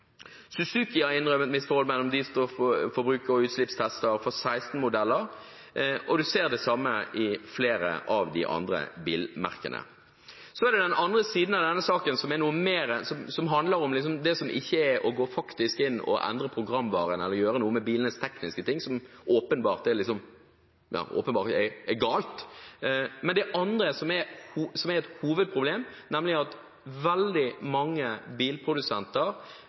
16 modeller, og man ser det samme for flere av de andre bilmerkene. Så er det den andre siden av denne saken, som ikke handler om faktisk å gå inn og endre programvaren eller gjøre noe med bilenes tekniske ting, noe som åpenbart er galt. Det andre som er et hovedproblem, er at veldig mange bilprodusenter, særlig de siste årene, har hatt et økende avvik mellom testsyklene som de kjører, og de faktiske utslippene som er.